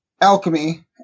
alchemy